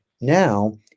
now